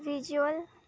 visual